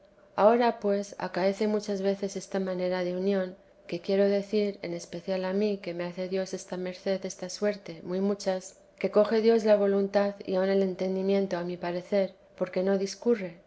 ahora pues acaece muchas veces esta manera de unión que quiero decir en especial a mí que me hace dios esta merced desta suerte muy muchas que coge dios la voluntad y aun el entendimiento a mi parecer porque no discurre